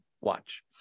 Watch